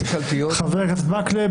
חבר הכנסת מקלב,